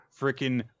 freaking